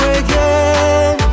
again